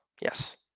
Yes